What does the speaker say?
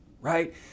right